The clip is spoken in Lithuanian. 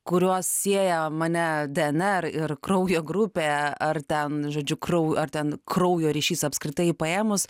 kuriuos sieja mane dnr ir kraujo grupė ar ten žodžiu krau ar ten kraujo ryšys apskritai paėmus